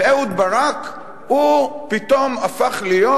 ואהוד ברק פתאום הפך להיות,